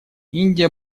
индия